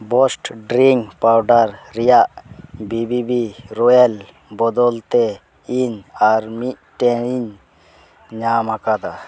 Boost drink powder ᱨᱮᱭᱟᱜ ᱵᱤᱵᱤᱵᱤ royal ᱵᱚᱫᱚᱞᱛᱮ ᱤᱧ ᱟᱨᱢᱤᱫᱴᱮᱱᱤᱧ ᱧᱟᱢ ᱟᱠᱟᱫᱟ